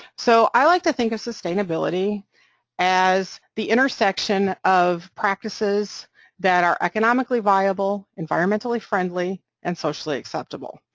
so i like to think of sustainability as the intersection of practices that are economically viable, environmentally-friendly, and socially acceptable.